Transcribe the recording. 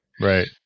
Right